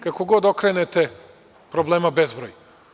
Kako god okrenete, problema bezbroj.